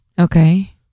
Okay